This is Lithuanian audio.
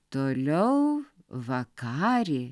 toliau vakarį